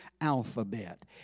alphabet